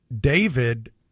David